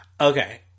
Okay